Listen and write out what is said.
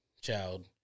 child